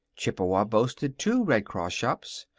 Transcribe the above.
chippewa boasted two red cross shops.